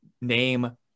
name